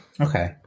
Okay